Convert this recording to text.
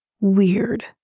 weird